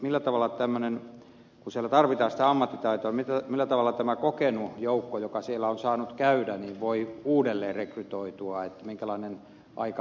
millä tavalla tämmöinen kun siellä tarvitaan sitä ammattitaitoa kokenut joukko joka siellä on saanut käydä voi uudelleen rekrytoitua minkälaisessa ajassa